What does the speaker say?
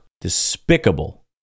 despicable